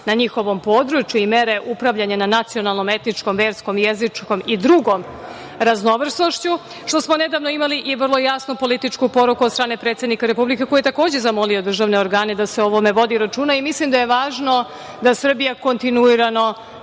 na njihovom području i mere upravljanja na nacionalnom, etičkom, verskom, jezičkom i drugom raznovrsnošću, što smo nedavno imali, i vrlo jasnu političku poruku od strane predsednika Republike, koji je, takođe, zamolio državne organe da se o ovome vodi računa i mislim da je važno da Srbija kontinuirano